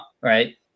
right